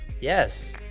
Yes